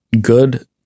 good